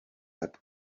heb